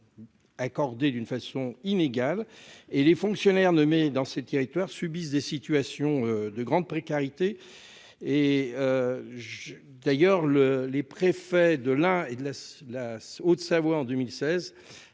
Accorder d'une façon inégale et les fonctionnaires nommés dans ces territoires subissent des situations de grande précarité. Et. J'd'ailleurs le les préfets de la et de la la Haute-Savoie en 2016,